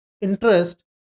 interest